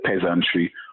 peasantry